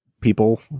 people